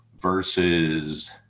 versus